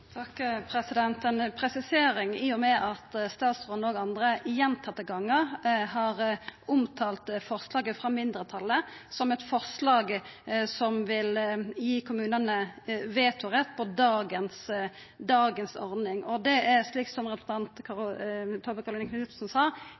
presisering, i og med at statsråden og andre gjentatte gonger har omtalt forslaget frå mindretalet som eit forslag som vil gi kommunane vetorett på dagens ordning: Det er – slik som